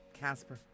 Casper